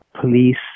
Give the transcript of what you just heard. police